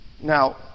Now